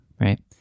right